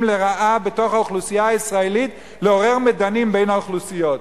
לרעה בתוך האוכלוסייה הישראלית לעורר מדנים בין האוכלוסיות.